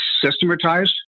systematized